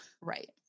Right